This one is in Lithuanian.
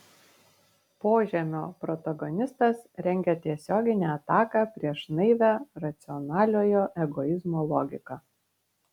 požemio protagonistas rengia tiesioginę ataką prieš naivią racionaliojo egoizmo logiką